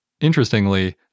interestingly